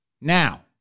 Now